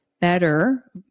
better